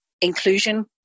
inclusion